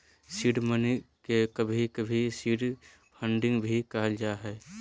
seed money के कभी कभी सीड फंडिंग भी कहल जा हय